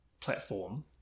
platform